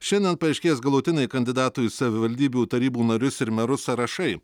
šiandien paaiškės galutiniai kandidatų į savivaldybių tarybų narius ir merus sąrašai